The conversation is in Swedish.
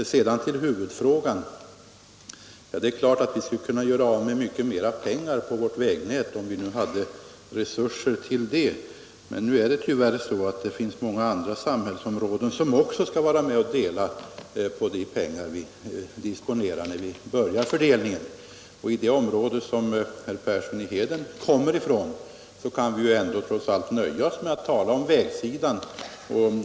Vad sedan gäller huvudfrågan är det klart att vi skulle kunna göra av med mycket mera pengar på vårt vägnät, om vi nu hade resurser till det. Men det är ju så att också andra samhällsområden skall dela på de pengar som är disponibla. I det område som herr Persson i Heden kommer ifrån kan vi väl ändå trots allt vara nöjda med vad som sker när det gäller vägarna.